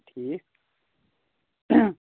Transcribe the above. ٹھیٖک